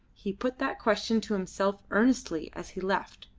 he put that question to himself earnestly as he left,